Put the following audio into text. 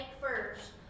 First